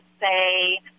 say